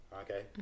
Okay